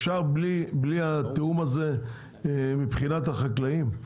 אפשר בלי התיאום הזה מבחינת החקלאים?